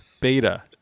Beta